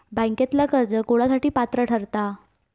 बँकेतला कर्ज कोणासाठी पात्र ठरता?